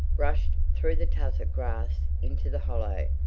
rushed through the tussock grass into the hollow,